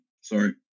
sorry